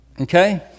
okay